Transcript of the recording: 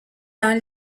dans